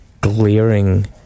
glaring